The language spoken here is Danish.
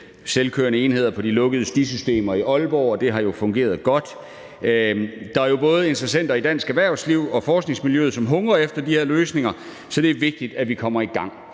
selvkørende enheder på de lukkede de systemer i Aalborg, og det har fungeret godt. Der er jo både interessenter i dansk erhvervsliv og i forskningsmiljøet, som hungrer efter de her løsninger, så det er vigtigt, at vi kommer i gang.